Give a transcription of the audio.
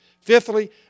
Fifthly